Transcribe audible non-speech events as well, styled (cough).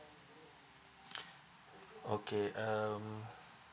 (breath) okay um